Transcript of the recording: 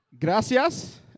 Gracias